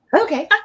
Okay